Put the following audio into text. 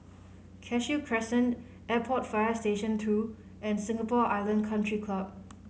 Cashew Crescent Airport Fire Station Two and Singapore Island Country Club